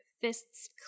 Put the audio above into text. fists